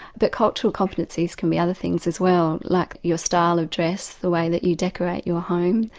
but cultural competencies can be other things as well, like your style of dress, the way that you decorate your home,